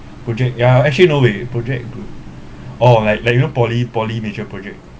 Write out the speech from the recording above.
project ya actually no way project group oh like like you know poly poly major project